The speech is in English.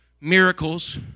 miracles